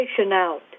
out